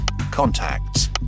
contacts